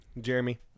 Jeremy